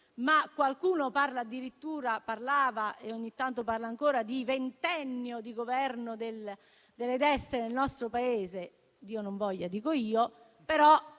ma qualcuno addirittura parlava e ogni tanto parla ancora di ventennio di Governo delle destre nel nostro Paese - Dio non voglia, dico io -,